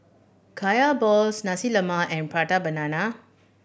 Kaya balls Nasi Lemak and Prata Banana